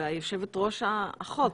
והיושבת ראש האחות.